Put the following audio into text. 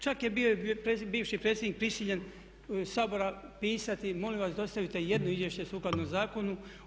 Čak je bio i bivši predsjednik prisiljen Sabora pisati molim vas dostavite jedno izvješće sukladno zakonu.